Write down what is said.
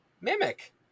mimic